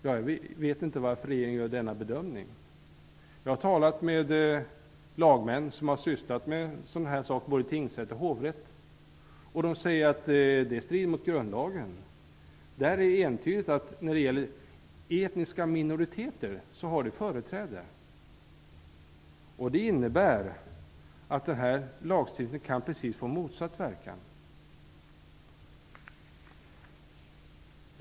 Jag vet inte varför regeringen gör denna bedömning. Jag har talat med lagmän som har sysslat med sådana här saker både i tingsrätt och i hovrätt, och de säger att det strider mot grundlagen. Där är det entydigt att etniska minoriteter har företräde, och det innebär att den här lagstiftningen kan få en verkan som är precis motsatt den avsedda.